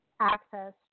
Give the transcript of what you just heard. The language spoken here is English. access